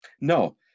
No